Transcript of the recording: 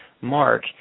mark